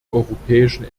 europäischen